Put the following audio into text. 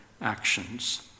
actions